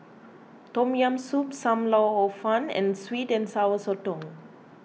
Tom Yam Soup Sam Lau Hor Fun and Sweet and Sour Sotong